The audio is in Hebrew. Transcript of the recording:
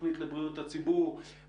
תוכנית לבריאות הציבור,